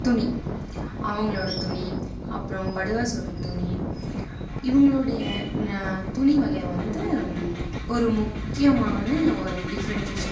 துணி அவுங்களோடய துணி அப்புறம் படுகாஸோடய துணி இவுங்களுடைய நான் துணி வகையை வந்து ஒரு முக்கியமான ஒரு டிஃப்ரெண்ட்சேஷன்